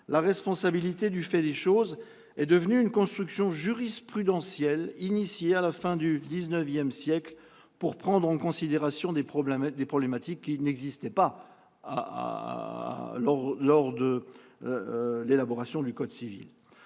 la responsabilité du fait des choses est devenue une construction jurisprudentielle, engagée à la fin du XIX siècle pour prendre en considération des problématiques qui n'existaient pas lors de l'élaboration du code civil.